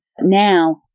now